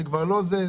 זה כבר לא זה,